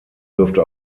dürfte